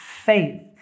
faith